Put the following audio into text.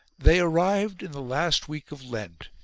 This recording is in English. they arrived in the last week of lent,